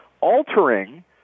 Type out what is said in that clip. altering